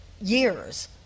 years